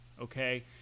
okay